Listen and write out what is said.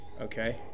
Okay